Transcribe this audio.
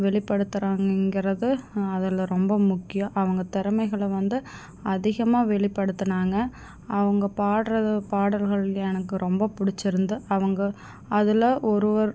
வெளிப்படுத்துகிறாங்கங்கிறது அதில் ரொம்ப முக்கியம் அவங்க திறமைகள வந்து அதிகமாக வெளிப்படுத்தினாங்க அவங்க பாடுவது பாடல்கள் எனக்கு ரொம்ப பிடிச்சிருந்து அவங்க அதில் ஒருவர்